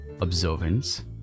Observance